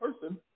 person